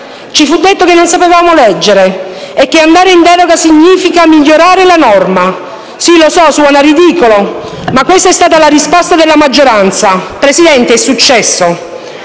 Ci fu detto che non sapevamo leggere e che andare in deroga significava migliorare la norma. Sì, lo so, suona ridicolo, ma questa è stata la risposta della maggioranza. Signora Presidente, è successo.